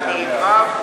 עד פרק ו'.